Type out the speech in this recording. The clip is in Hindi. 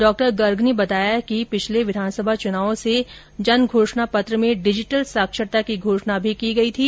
डॉ गर्ग ने बताया कि गत विधानसभा चुनाव से हमने जन घोषणा पत्र में डिजीटल साक्षरता की घोषणा की थी